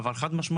אבל חד משמעית,